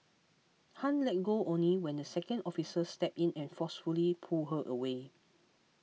Han let go only when the second officer stepped in and forcefully pulled her away